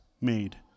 made